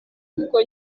kuko